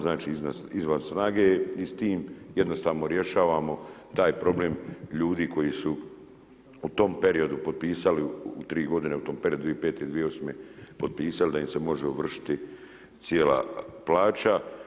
Znači, izvan snage je i s tim jednostavno rješavamo taj problem ljudi koji su u tom periodu potpisali, tri godine u tom periodu 2005.-2008. potpisali da im se može ovršiti cijela plaća.